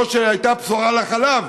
לא שהייתה בשורה לחלב,